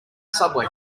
subway